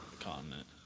continent